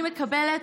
אני מקבלת,